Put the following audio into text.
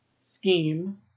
scheme